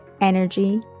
energy